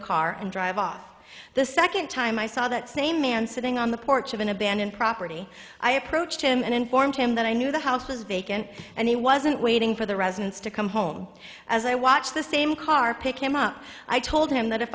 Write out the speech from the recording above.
car and drive off the second time i saw that same man sitting on the porch of an abandoned property i approached him and informed him that i knew the house was vacant and he wasn't waiting for the residents to come home as i watched the same car pick him up i told him that if